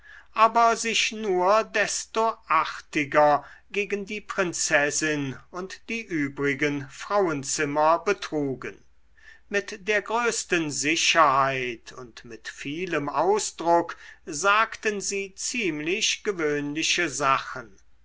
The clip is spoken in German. aber sich nur desto artiger gegen die prinzessin und die übrigen frauenzimmer betrugen mit der größten sicherheit und mit vielem ausdruck sagten sie ziemlich gewöhnliche sachen